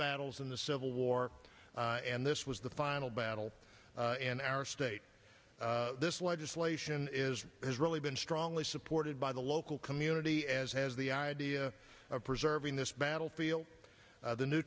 battles in the civil war and this was the final battle in our state this legislation is has really been strongly supported by the local community as has the idea of preserving this battlefield the